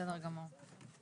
בסדר גמור.